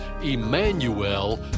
Emmanuel